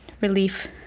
relief